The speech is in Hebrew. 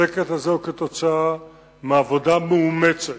השקט הזה הוא תוצאה של עבודה מאומצת